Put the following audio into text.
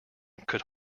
could